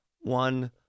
one